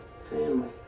family